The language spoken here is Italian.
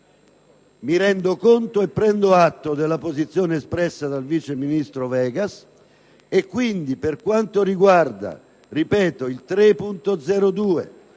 mi rendo conto e prendo atto della posizione espressa dal vice ministro Vegas. Quindi, per quanto riguarda gli